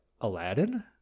Aladdin